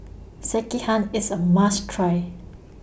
Sekihan IS A must Try